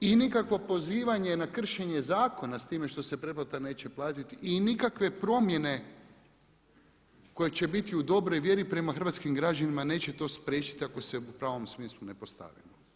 i nikakvo pozivanje na kršenje zakona s time što se pretplata neće platiti i nikakve promjene koje će biti u dobroj vjeri prema hrvatskim građanima neće to spriječiti ako se u pravom smislu ne postavimo.